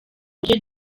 uburyo